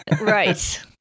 Right